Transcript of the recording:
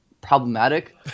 problematic